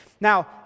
Now